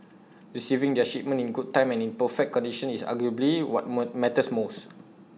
receiving their shipment in good time and in perfect condition is arguably what matters most